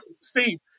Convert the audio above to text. Steve